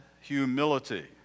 humility